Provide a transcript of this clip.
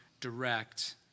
direct